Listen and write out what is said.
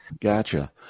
Gotcha